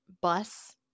bus